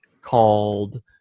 called